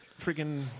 freaking